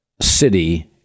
city